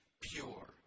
pure